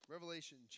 Revelation